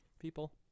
people